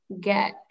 get